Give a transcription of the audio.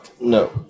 No